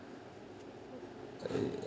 eh